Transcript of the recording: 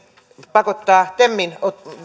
pakottaa temin